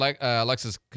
Alexis